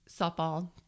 softball